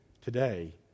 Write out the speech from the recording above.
today